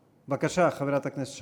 בבקשה, חברת הכנסת שקד.